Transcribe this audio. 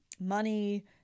money